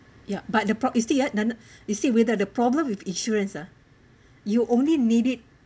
ya but the pro~ you see ah you see whether the problem with insurance ah you only need it